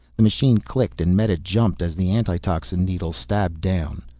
the machine clicked and meta jumped as the antitoxin needle stabbed down.